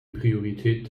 priorität